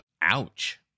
Ouch